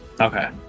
Okay